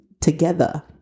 together